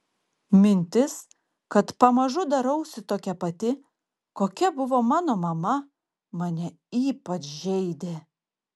mintis kad pamažu darausi tokia pati kokia buvo mano mama mane ypač žeidė